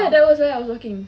that was where I walking